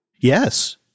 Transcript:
Yes